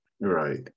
Right